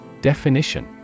Definition